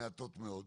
מעטות מאוד.